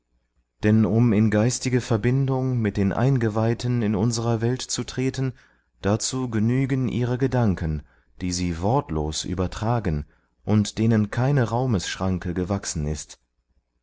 denn um in geistige verbindung mit den eingeweihten in unserer welt zu treten dazu genügen ihre gedanken die sie wortlos übertragen und denen keine raumesschranke gewachsen ist